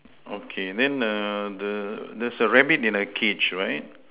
okay then err the there's a rabbit in a cage right